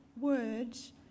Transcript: words